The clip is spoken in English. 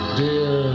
dear